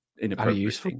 Inappropriate